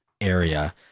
area